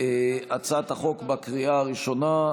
הצעת החוק לקריאה הראשונה.